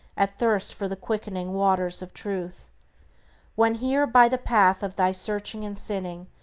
athirst for the quickening waters of truth when here, by the path of thy searching and sinning,